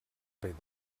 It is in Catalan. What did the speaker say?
pedra